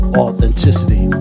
authenticity